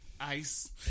ice